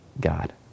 God